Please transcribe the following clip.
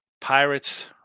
Pirates